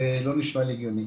וזה לא נשמע לי הגיוני.